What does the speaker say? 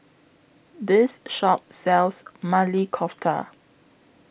This Shop sells Maili Kofta